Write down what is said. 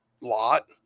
lot